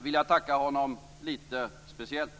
vill jag speciellt tacka honom.